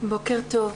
בוקר טוב.